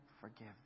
forgive